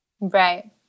Right